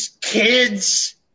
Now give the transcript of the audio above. kids